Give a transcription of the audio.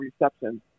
reception